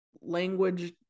language